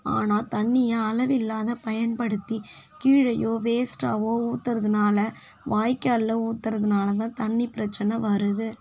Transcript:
ஆனால் தண்ணியை அளவில்லாது பயன்படுத்தி கீழேயோ வேஸ்ட்டாகவோ ஊத்தறதினால வாய்க்காலில் ஊத்தறதினால தான் தண்ணி பிரச்சனை வருது